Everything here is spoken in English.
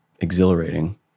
Exhilarating